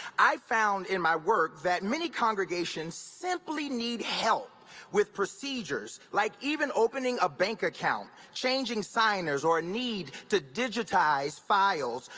i found in my work that many congregations simply need help with procedures, like even opening a bank account, changing signage or need to digitize files,